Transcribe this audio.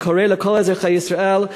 אני קורא לכל אזרחי ישראל,